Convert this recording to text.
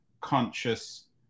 Conscious